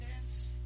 Dance